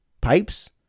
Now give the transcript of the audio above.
pipes